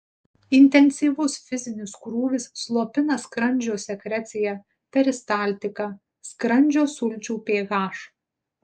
intensyvus fizinis krūvis slopina skrandžio sekreciją peristaltiką skrandžio sulčių ph